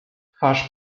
twarz